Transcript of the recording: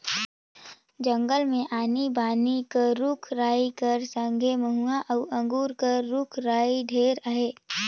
जंगल मे आनी बानी कर रूख राई कर संघे मउहा अउ अंगुर कर रूख राई ढेरे अहे